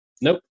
Nope